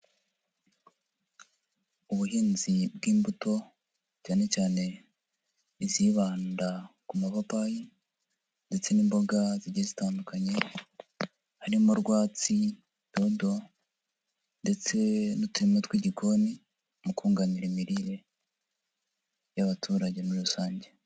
Ubuhinzi bw'imbuto, cyane cyane izibanda ku mapapayi ndetse n'imboga zigiye zitandukanye, harimo rwatsi, dodo ndetse n'uturima tw'igikoni, mu kunganira imirire y'abaturage muri rusange.